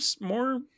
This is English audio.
more